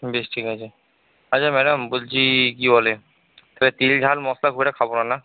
বেশ ঠিক আছে আচ্ছা ম্যাডাম বলছি কি বলে আচ্ছা তেল ঝাল মশলা খুব একটা খাবো না না